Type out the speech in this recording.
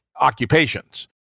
occupations